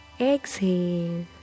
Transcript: exhale